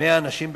100 אנשים בשנה,